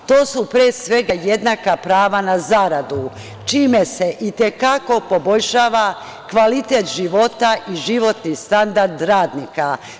To su pre svega jednaka prava na zaradu čime se i te kako poboljšava kvalitet života i životni standard radnika.